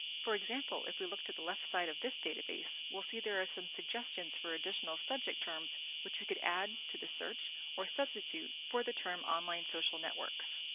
for example, if we look to the left side of this database, we'll see there are some suggestions for additional subject terms which we could add to the search or substitute for the term online social networks.